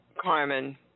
Carmen